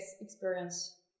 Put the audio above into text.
experience